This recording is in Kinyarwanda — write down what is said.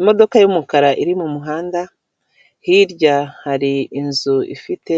Imodoka y'umukara iri mu muhanda, hirya hari inzu ifite